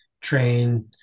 train